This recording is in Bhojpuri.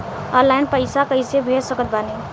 ऑनलाइन पैसा कैसे भेज सकत बानी?